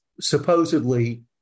supposedly